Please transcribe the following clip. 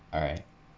alright